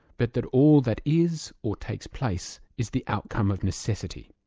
but that all that is, or takes place, is the outcome of necessity.